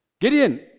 Gideon